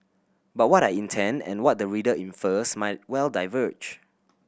but what I intend and what the reader infers might well diverge